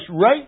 right